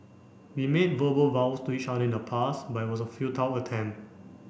we made verbal vows to each other in the past but it was a futile attempt